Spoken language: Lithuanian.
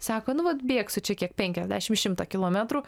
sako nu vat bėgsiu čia kiek penkiasdešim šimtą kilometrų